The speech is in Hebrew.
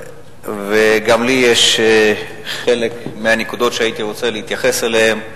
וגם לי יש נקודות שהייתי רוצה להתייחס אליהן,